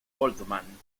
goldman